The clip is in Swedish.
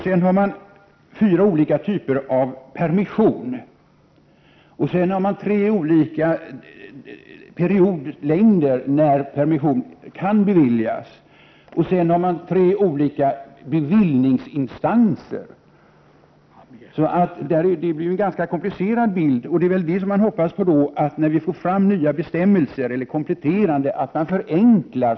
Man har fyra olika typer av permission. Sedan har man tre olika gränser för avtjänad tid, innan den första permissionen kan beviljas. Dessutom har man tre olika beviljningsinstanser. Detta ger en ganska komplicerad bild, och man hoppas att de nya eller kompletterande bestämmelserna, när de väl blir klara, också blir enklare.